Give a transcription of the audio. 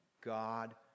God